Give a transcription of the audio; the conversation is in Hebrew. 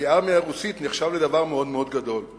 כי ארמיה רוסית נחשבה לדבר מאוד מאוד גדול.